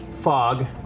fog